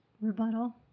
Rebuttal